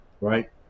Right